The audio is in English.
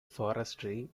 forestry